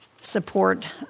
support